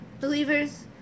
Believers